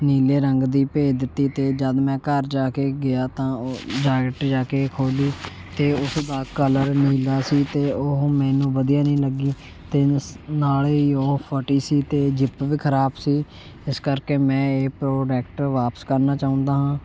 ਨੀਲੇ ਰੰਗ ਦੀ ਭੇਜ ਦਿੱਤੀ ਅਤੇ ਜਦ ਮੈਂ ਘਰ ਜਾ ਕੇ ਗਿਆ ਤਾਂ ਉਹ ਜੈਕਟ ਜਾ ਕੇ ਖੋਲ੍ਹੀ ਅਤੇ ਉਸ ਦਾ ਕਲਰ ਨੀਲਾ ਸੀ ਅਤੇ ਉਹ ਮੈਨੂੰ ਵਧੀਆ ਨਹੀਂ ਲੱਗੀ ਅਤੇ ਨਸ ਨਾਲੇ ਹੀ ਉਹ ਫਟੀ ਸੀ ਅਤੇ ਜਿਪ ਵੀ ਖ਼ਰਾਬ ਸੀ ਇਸ ਕਰਕੇ ਮੈਂ ਇਹ ਪ੍ਰੋਡੈਕਟ ਵਾਪਸ ਕਰਨਾ ਚਾਹੁੰਦਾ ਹਾਂ